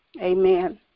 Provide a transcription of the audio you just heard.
Amen